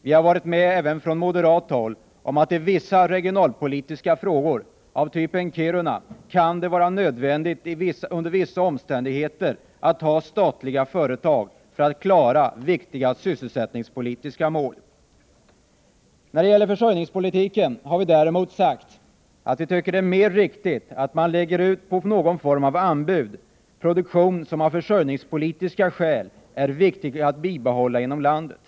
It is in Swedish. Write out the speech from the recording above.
Vi har även på moderat håll ansett att det i vissa regionalpolitiska frågor, t.ex. av typen Kiruna, under vissa omständigheter kan vara nödvändigt att ha statliga företag för att klara viktiga sysselsättningspolitiska mål. När det gäller försörjningspolitiken har vi däremot sagt att vi tycker att det är riktigare att lägga ut någon form av anbud för produktion som det av försörjningspolitiska skäl är viktigt att bibehålla inom landet.